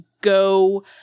go